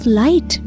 light